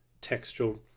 textual